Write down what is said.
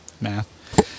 math